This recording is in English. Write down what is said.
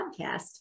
Podcast